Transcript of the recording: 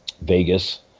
Vegas